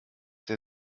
der